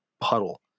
puddle